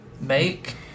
make